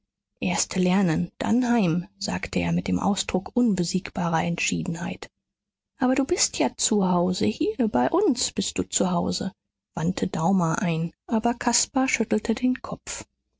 erst lernen dann heim sagte er mit dem ausdruck unbesiegbarer entschiedenheit aber du bist ja zu hause hier bei uns bist du zu hause wandte daumer ein aber caspar schüttelte den kopf